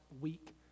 week